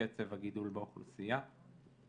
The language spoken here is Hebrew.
מדובר בגידול בתקציב שהוא פי 5 מקצב הגידול באוכלוסייה.